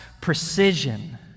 precision